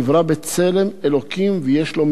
ויש לו מלוא הזכויות לפי מידת